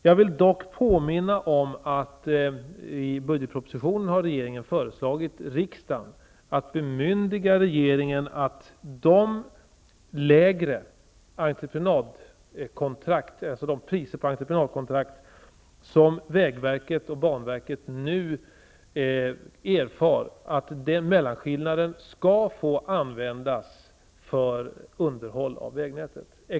Jag vill dock påminna om att regeringen i budgetpropositionen har föreslagit riksdagen att bemyndiga regeringen att mellanskillnaden beträffande de lägre priser på entreprenadkontrakt som vägverket och banverket nu erfar skall få användas för underhåll av vägnätet.